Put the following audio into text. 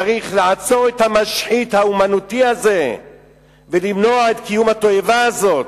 צריך לעצור את המשחית האמנותי הזה ולמנוע את קיום התועבה הזאת.